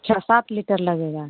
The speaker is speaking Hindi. छः सात लीटर लगेगा